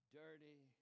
dirty